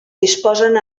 disposen